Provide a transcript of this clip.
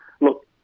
look